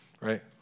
right